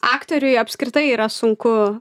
aktoriui apskritai yra sunku